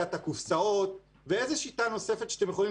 שיטת הקופסאות ואיזה שיטה נוספת שאתם יכולים